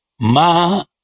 ma